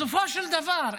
בסופו של דבר,